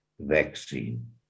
vaccine